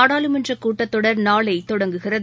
நாடாளுமன்றகூட்டத்தொடர் நாளைதொடங்குகிறது